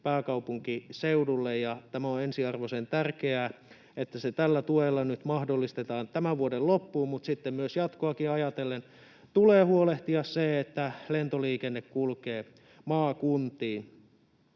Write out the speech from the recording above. pääkaupunkiseudulle, ja tämä on ensiarvoisen tärkeää, että se tällä tuella nyt mahdollistetaan tämän vuoden loppuun. Mutta sitten myös jatkoa ajatellen tulee huolehtia siitä, että lentoliikenne kulkee maakuntiin.